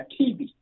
TV